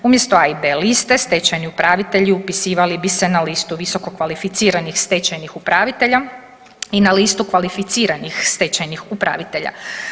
Umjesto A i B liste stečajni upravitelji upisivali bi se na listu visoko kvalificiranih stečajnih upravitelj i na listu kvalificiranih stečajnih upravitelja.